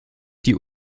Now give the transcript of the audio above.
die